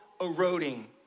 eroding